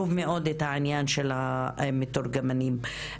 והעניין של המתורגמנים הוא חשוב מאוד.